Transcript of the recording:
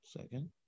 Second